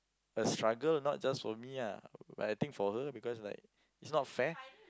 a struggle not just for me lah but I think for her because like it's not fair